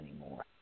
anymore